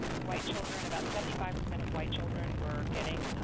white children, about seventy five percent of white children were getting